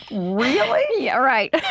really? yeah, right